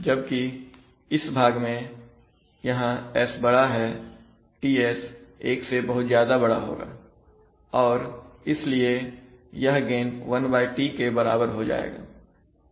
जबकि इस भाग में यहां s बड़ा हैTs 1 से बहुत ज्यादा बड़ा होगा और इसलिए यह गेन 1T के बराबर हो जाएगा